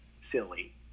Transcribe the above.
silly